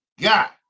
got